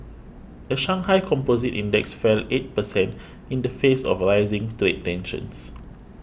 the Shanghai Composite Index fell eight percent in the face of rising trade tensions